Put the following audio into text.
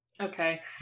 okay